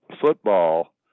football